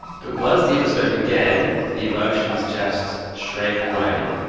but once the episode began the emotions just shrank away.